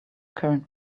current